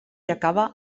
acaba